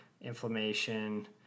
inflammation